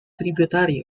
tributary